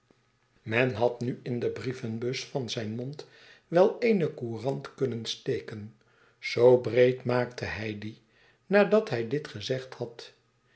men had nu in de brievenbus van zijn mond wel eene courant kunnen steken zoo breed maakte hij die nadat hij dit gezegd had